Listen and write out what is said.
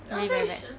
eh very bad